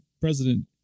President